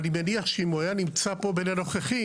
אני מניח שאם הוא היה נמצא פה בין הנוכחים,